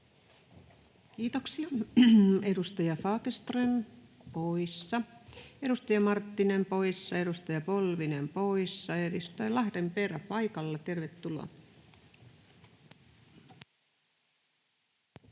Kiitoksia. — Edustaja Fagerström, poissa. Edustaja Marttinen, poissa. Edustaja Polvinen, poissa. — Edustaja Lahdenperä, paikalla. Tervetuloa!